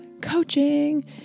coaching